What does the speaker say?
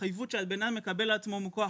התחייבות שבן אדם מקבל על עצמו מכוח חוזה.